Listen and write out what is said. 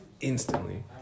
instantly